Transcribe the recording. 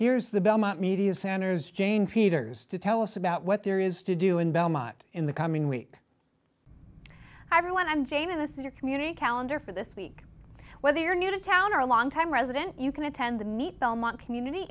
here's the belmont media centers jane peters to tell us about what there is to do in belmont in the coming week everyone i'm jamie this is your community calendar for this week whether you're new to town or a longtime resident you can attend the meet belmont community